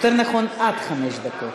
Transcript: יותר נכון, עד חמש דקות.